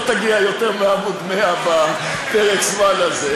לא תגיע ליותר מעמוד 100 בפרק הזמן הזה.